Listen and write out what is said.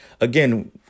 Again